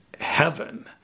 heaven